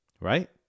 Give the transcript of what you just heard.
Right